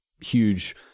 huge